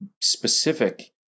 specific